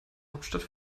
hauptstadt